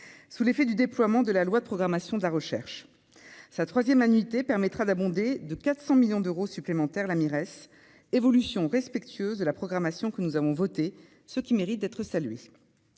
sous l'effet du déploiement de la loi de programmation de la recherche. Sa troisième annuité permettra d'abonder de 400 millions d'euros supplémentaires la Mires, évolution respectueuse de la programmation que nous avons votée, ce qui mérite d'être salué.